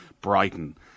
Brighton